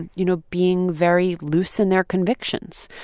you know, being very loose in their convictions.